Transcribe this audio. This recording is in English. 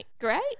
great